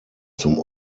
zum